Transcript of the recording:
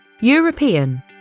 European